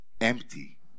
empty